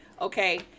Okay